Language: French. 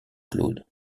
claude